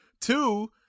Two